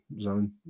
zone